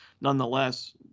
nonetheless